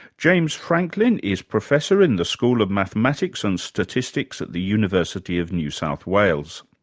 james franklin is professor in the school of mathematics and statistics at the university of new south wales.